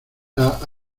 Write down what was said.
las